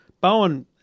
bowen